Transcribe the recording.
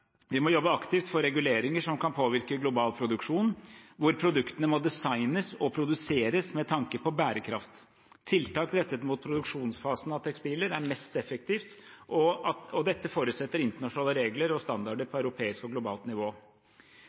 Vi må jobbe aktivt for reguleringer som kan påvirke global produksjon, hvor produktene må designes og produseres med tanke på bærekraft. Tiltak rettet mot produksjonsfasen av tekstiler er mest effektivt, og dette forutsetter internasjonale regler og standarder på europeisk og globalt nivå.